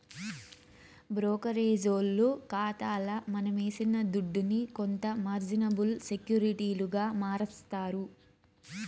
బ్రోకరేజోల్లు కాతాల మనమేసిన దుడ్డుని కొంత మార్జినబుల్ సెక్యూరిటీలుగా మారస్తారు